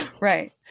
Right